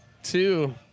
two